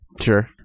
Sure